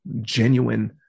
genuine